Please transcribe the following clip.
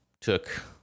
took